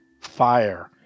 Fire